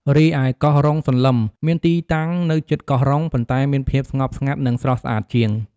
រីឯ កោះរុងសន្លឹម មានទីតាំងនៅជិតកោះរុង ប៉ុន្តែមានភាពស្ងប់ស្ងាត់ និងស្រស់ស្អាតជាង។